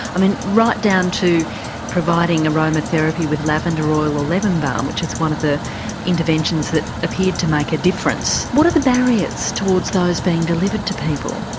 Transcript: i mean right down to providing aroma therapy with lavender oil or lemon balm, which is one of the interventions that appeared to make a difference. what are the barriers towards those being delivered to people?